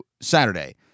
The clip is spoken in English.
Saturday